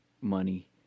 money